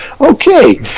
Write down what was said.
Okay